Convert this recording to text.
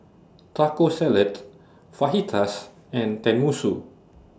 Taco Salad Fajitas and Tenmusu